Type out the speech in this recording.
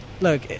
Look